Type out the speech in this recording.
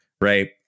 Right